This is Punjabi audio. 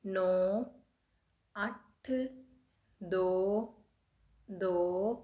ਨੌਂ ਅੱਠ ਦੋ ਦੋ